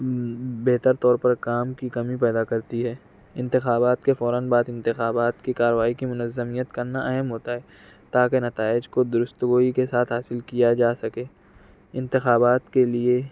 بہتر طور پر کام کی کمی پیدا کرتی ہے انتخابات کے فوراً بعد انتخابات کی کاروائی کی منظمیت کرنا اہم ہوتا ہے تاکہ نتائج کو درست گوئی کے ساتھ حاصل کیا جا سکے انتخابات کے لیے